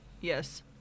Yes